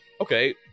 Okay